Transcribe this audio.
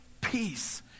peace